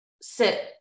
sit